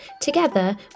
Together